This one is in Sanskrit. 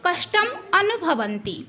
कष्टम् अनुभवन्ति